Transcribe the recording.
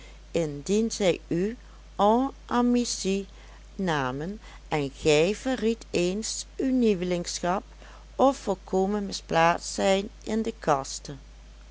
indien zij u en amitié namen en gij verriedt eens uw nieuwelingschap of volkomen misplaatst zijn in de kaste